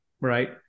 right